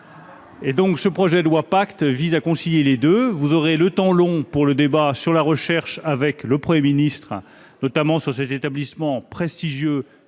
court. Ce projet de loi PACTE vise justement à concilier les deux : vous aurez le temps long pour le débat sur la recherche avec le Premier ministre, notamment sur cet établissement prestigieux,